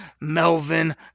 Melvin